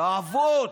"לעבוד"?